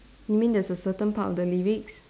you mean there's a certain part of the lyrics